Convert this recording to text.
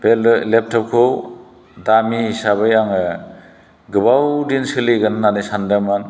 बे लेपटपखौ दामि हिसाबै आङो गोबाव दिन सोलिगोन होननानै सानदोंमोन